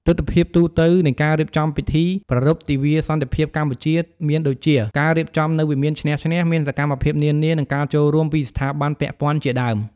ទិដ្ឋភាពទូទៅនៃការរៀបចំពិធីប្រារព្ធទិវាសន្តិភាពកម្ពុជាមានដូចជា ការរៀបចំនៅវិមានឈ្នះ-ឈ្នះ មានសកម្មភាពនានា និងការចូលរួមពីស្ថាប័នពាក់ព័ន្ធជាដើម។